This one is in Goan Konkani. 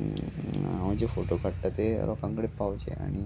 हांव जे फोटो काडटा ते लोकांकडेन पावचे आनी